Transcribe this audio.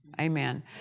Amen